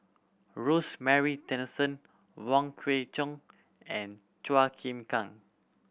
Rosemary Tessensohn Wong Kwei Cheong and Chua Chim Kang